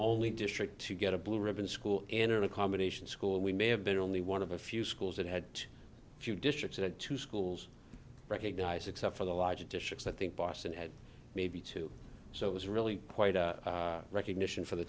only district to get a blue ribbon school in a combination school and we may have been only one of a few schools that had a few districts and two schools recognize except for the large additions i think boston had maybe two so it was really quite a recognition for the